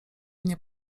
nie